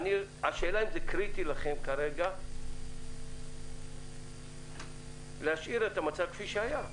השאלה היא אם זה קריטי לכם כרגע להשאיר את המצב כפי שהיה.